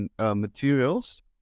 materials